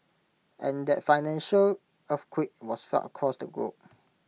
and that financial earthquake was felt across the globe